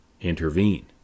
intervene